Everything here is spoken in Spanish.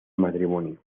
matrimonio